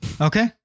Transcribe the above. okay